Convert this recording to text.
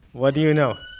what do you know?